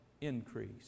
increase